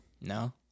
no